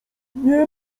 nie